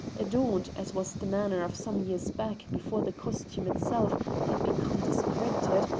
adorned, as was the manner of some years back before the costume itself had become discredited,